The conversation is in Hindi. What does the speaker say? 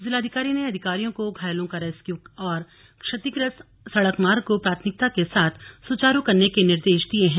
जिलाधिकारी ने अधिकारियों को घायलों का रेस्क्यू और क्षतिग्रस्त सड़क मार्ग को प्राथमिकता के साथ सुचारू करने के निर्देश दिये हैं